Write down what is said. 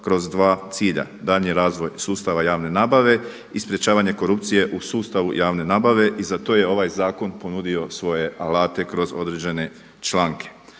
kroz dva cilja daljnji razvoj sustava javne nabave i sprječavanje korupcije u sustavu javne nabave. I za to je ovaj zakon ponudio svoje alate kroz određene članke.